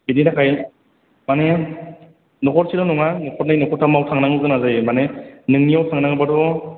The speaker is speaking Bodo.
बिनि थाखाय माने न'खरसेल' नङा न'खरनै न'खरथामाव थांनांनो गोनां जायो माने नोंनियाव थांनांगौबाथ'